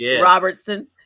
robertson